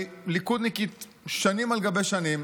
אני ליכודניקית שנים על גבי שנים.